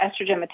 estrogen